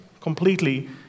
completely